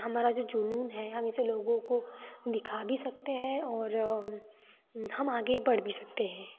हमारा जो जुनून है हम इसे लोगों को दिखा भी सकते हैं और हम आगे बढ़ भी सकते हैं